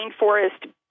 rainforest